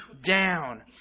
down